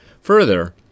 Further